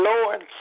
Lord